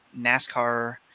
NASCAR